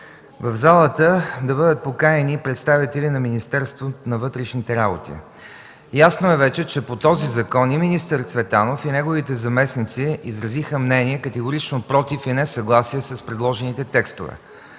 в залата да бъдат поканени представители на Министерството на вътрешните работи. Ясно е вече, че по този закон министър Цветанов и неговите заместници изразиха мнение категорично „против” и несъгласие с предложените текстове.